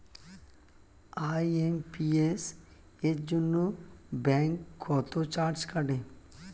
IMPS এর জন্য bank কত চার্জ কাটে?